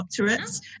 doctorates